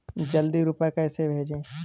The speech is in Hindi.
जल्दी रूपए कैसे भेजें?